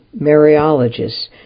mariologists